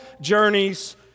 journeys